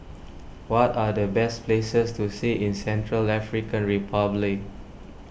what are the best places to see in Central African Republic